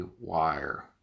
Wire